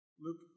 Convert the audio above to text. Luke